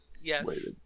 Yes